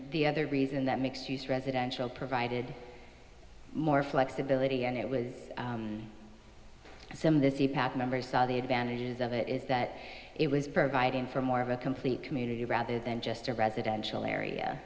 the other reason that makes use residential provided more flexibility and it was some of the members saw the advantages of it is that it was providing for more of a complete community rather than just a residential area